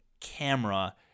camera